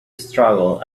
struggle